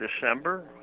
December